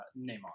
Neymar